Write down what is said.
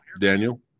Daniel